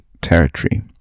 territory